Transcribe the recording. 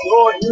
Lord